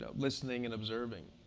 ah listening and observing.